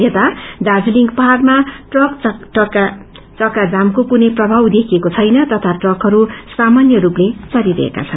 यता दार्जीलिङ पहाइमा ट्रक चक्ता जामको कुनै प्रभाव देखिएको छैन तथा ट्रकहरू सामान्य स्रपले चलिरहेका छन्